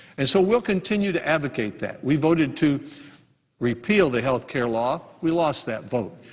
and so we'll continue to advocate that. we voted to repeal the health care law. we lost that vote,